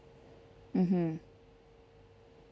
mm hmm